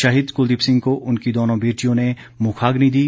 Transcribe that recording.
शहीद कुलदीप सिंह को उनकी दोनों बेटियों ने मुखाग्नि दी